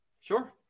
Sure